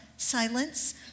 Silence